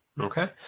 Okay